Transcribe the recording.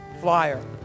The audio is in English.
flyer